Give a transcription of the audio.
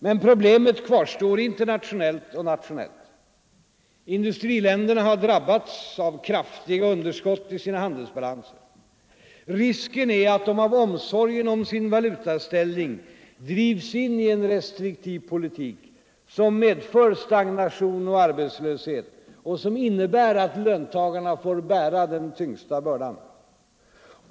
Men problemet kvarstår internationellt och nationellt. Industriländerna har drabbats av kraftiga underskott i sina handelsbalanser. Risken är att de av omsorgen om sin valutaställning drivs in i en restriktiv politik som medför stagnation och arbetslöshet och som innebär att löntagarna får bära den tyngsta bördan.